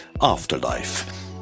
Afterlife